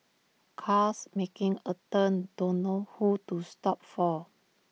cars making A turn don't know who to stop for